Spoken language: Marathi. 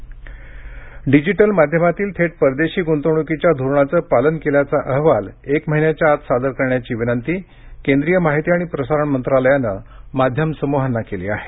परदेशी गंतवणक धोरण पालन डिजिटल माध्यमातील थेट परदेशी गुंतवणुकीच्या धोरणाचं पालन केल्याचा अहवाल एक महिन्याच्या आत सादर करण्याची विनंती केंद्रीय माहिती आणि प्रसारण मंत्रालयांनं माध्यम समूहांना केली आहे